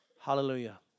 Hallelujah